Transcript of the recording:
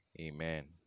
Amen